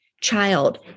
child